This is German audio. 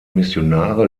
missionare